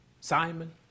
Simon